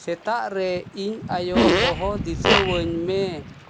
ᱥᱮᱛᱟᱜᱨᱮ ᱤᱧ ᱟᱭᱳ ᱦᱚᱦᱚ ᱫᱤᱥᱟᱹᱣᱟᱹᱧ ᱢᱮ